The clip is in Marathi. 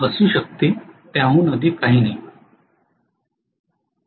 85 असू शकते त्याहून अधिक काही नाही